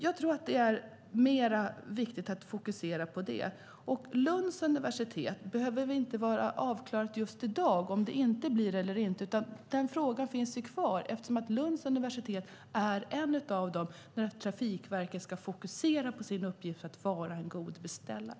Jag tror att det är viktigare att fokusera på det. Vilken roll Lunds universitet kan komma att ha i detta behöver inte vara avklarat just i dag. Den frågan finns kvar. Lunds universitet finns med i bilden när Trafikverket ska fokusera på att vara en god beställare.